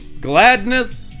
gladness